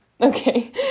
okay